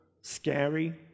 scary